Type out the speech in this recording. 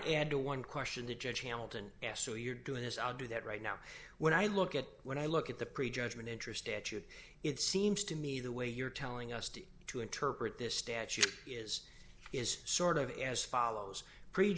to add to one question the judge hamilton asked so you're doing as i do that right now when i look at when i look at the pre judgment interest at you it seems to me the way you're telling us to to interpret this statute is is sort of as follows pre